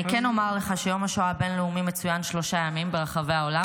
אני כן אומר לך שיום השואה הבין-לאומי מצוין שלושה ימים ברחבי העולם.